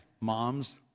moms